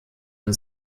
den